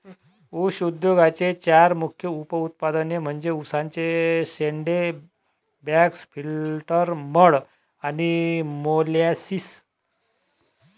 ऊस उद्योगाचे चार मुख्य उप उत्पादने म्हणजे उसाचे शेंडे, बगॅस, फिल्टर मड आणि मोलॅसिस